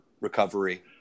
recovery